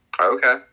Okay